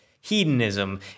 hedonism